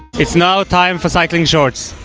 it's now time for cycling shorts.